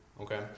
Okay